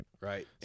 Right